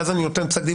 ואז אני נותן פסק דין,